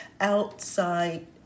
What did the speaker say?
outside